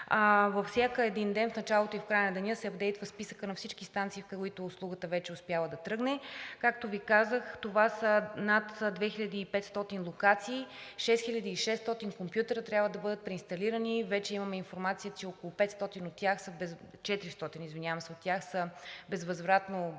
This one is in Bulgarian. Всеки един ден – в началото и в края на деня, се ъпдейтва списъкът на всички станции, при които услугата вече е успяла да тръгне. Както Ви казах, това са над 2500 локации, а 6600 компютъра трябва да бъдат преинсталирани. Вече имаме информация, че около 400 от тях са безвъзвратно загубени,